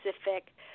specific